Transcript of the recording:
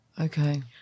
Okay